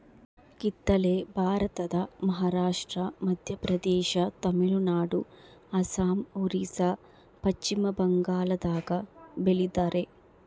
ಕಿತ್ತಳೆ ಭಾರತದ ಮಹಾರಾಷ್ಟ್ರ ಮಧ್ಯಪ್ರದೇಶ ತಮಿಳುನಾಡು ಅಸ್ಸಾಂ ಒರಿಸ್ಸಾ ಪಚ್ಚಿಮಬಂಗಾಳದಾಗ ಬೆಳಿತಾರ